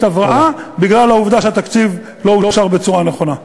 הבראה בגלל העובדה שהתקציב לא אושר בצורה נכונה.